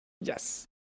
Yes